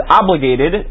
obligated